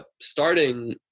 starting